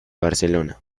barcelona